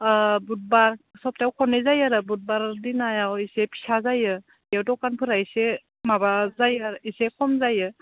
बुधबार सप्तायाव खननै जायो आरो बुधबार दिनायाव एसे फिसा जायो इयाव दखानफोरा एसे माबा जायो आरो एसे खम जायो